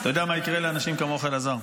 אתה יודע מה יקרה לאנשים כמוך, אלעזר?